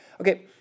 okay